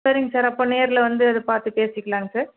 சரிங்க சார் அப்போது நேரில் வந்து அது பார்த்து பேசிக்கலாங்க சார்